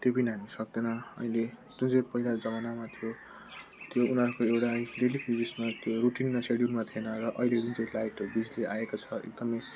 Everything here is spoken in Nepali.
त्योबिना हामी सक्दैनौँ अहिले जुन चाहिँ पहिलाको जमानामा थियो त्यो उनीहरू एउटा त्यो रुटिनमा चाहिँ थिएन र अहिले जुन चाहिँ लाइटहरू आएको छ एकदमै